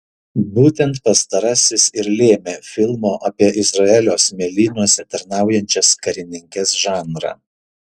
būtent pastarasis ir lėmė filmo apie izraelio smėlynuose tarnaujančias karininkes žanrą